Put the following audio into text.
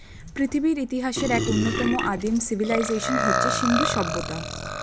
পৃথিবীর ইতিহাসের এক অন্যতম আদিম সিভিলাইজেশন হচ্ছে সিন্ধু সভ্যতা